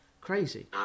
crazy